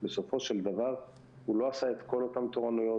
בסופו של דבר הוא לא עשה את כל אותן תורנויות,